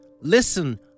Listen